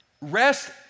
Rest